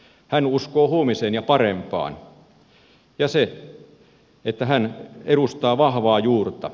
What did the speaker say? hän uskoo huomiseen ja parempaan ja hän edustaa vahvaa juurta